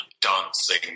dancing